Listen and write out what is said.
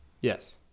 Yes